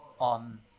on